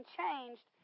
changed